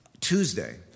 Tuesday